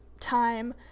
Time